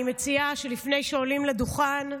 אני מציעה שלפני שעולים לדוכן,